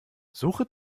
suche